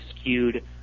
skewed